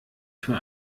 für